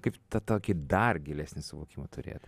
kaip tą tokį dar gilesnį suvokimą turėt